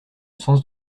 sens